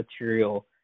material